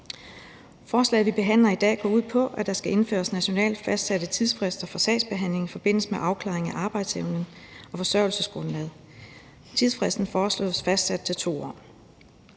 Forslaget, vi behandler, går ud på, at der skal indføres nationalt fastsatte tidsfrister for sagsbehandling i forbindelse med afklaring af arbejdsevnen og forsørgelsesgrundlaget. Tidsfristen foreslås fastsat til 2 år.